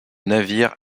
navire